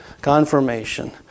confirmation